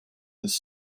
this